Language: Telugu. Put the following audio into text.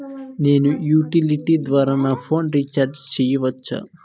నేను యుటిలిటీ ద్వారా నా ఫోను రీచార్జి సేయొచ్చా?